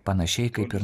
panašiai kaip ir